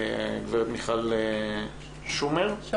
גברת מיכל שומר,